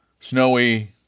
snowy